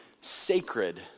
sacred